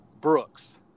Brooks